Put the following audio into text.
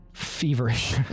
feverish